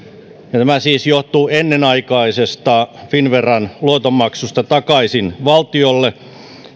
tämä siis johtuu ennenaikaisesta finnveran luoton maksusta takaisin valtiolle